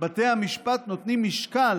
בתי המשפט נותנים משקל